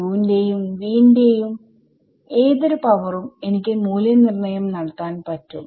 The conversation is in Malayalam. u ന്റെയും v ന്റെയും ഏതൊരു പവറും എനിക്ക് മൂല്യനിർണ്ണയം നടത്താൻ പറ്റും